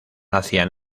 hacia